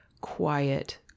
quiet